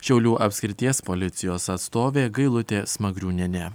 šiaulių apskrities policijos atstovė gailutė smagriūnienė